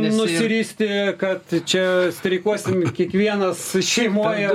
nusiristi kad čia streikuosim kiekvienas šeimoje